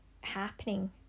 happening